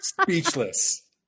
Speechless